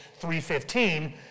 3.15